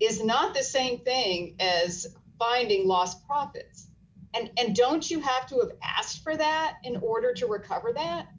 is not the same thing as finding lost opitz and don't you have to have asked for that in order to recover that